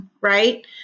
Right